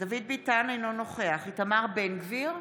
דוד ביטן, אינו נוכח איתמר בן גביר,